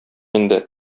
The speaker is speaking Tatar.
инде